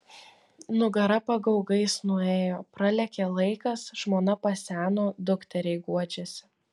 nugara pagaugais nuėjo pralėkė laikas žmona paseno dukteriai guodžiasi